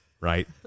right